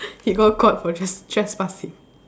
he got caught for tres~ trespassing